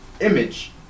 image